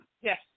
Yes